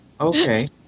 Okay